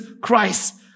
Christ